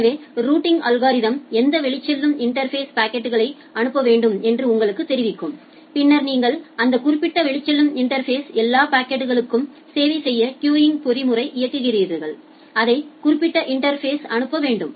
எனவே routing algorithm எந்த வெளிச்செல்லும் இன்டா்ஃபேஸ் பாக்கெட்களை அனுப்ப வேண்டும் என்று உங்களுக்குத் தெரிவிக்கும் பின்னர் நீங்கள் அந்த குறிப்பிட்ட வெளிச்செல்லும் இன்டா்ஃபேஸ் எல்லா பாக்கெட்களுக்கு சேவை செய்ய கியூவிங் பொறிமுறை இயக்குகிறீர்கள் அதை குறிப்பிட்ட இன்டா்ஃபேஸ்க்கு அனுப்ப வேண்டும்